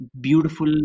beautiful